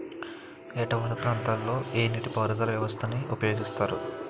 ఏట వాలు ప్రాంతం లొ ఏ నీటిపారుదల వ్యవస్థ ని ఉపయోగిస్తారు?